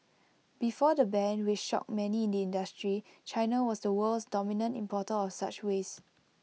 before the ban which shocked many in the industry China was the world's dominant importer of such waste